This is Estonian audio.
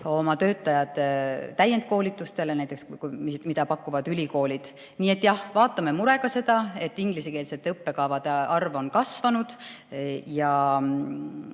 oma töötajad täiendkoolitustele, mida pakuvad ülikoolid. Nii et jah, vaatame murega seda, et ingliskeelsete õppekavade arv on kasvanud.